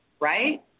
right